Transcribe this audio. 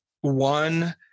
one